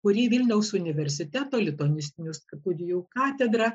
kurį vilniaus universiteto lituanistinių studijų katedra